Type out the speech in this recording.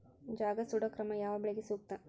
ಜಗಾ ಸುಡು ಕ್ರಮ ಯಾವ ಬೆಳಿಗೆ ಸೂಕ್ತ?